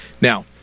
Now